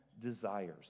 desires